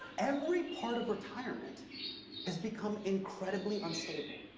every part of retirement has become incredibly unstable.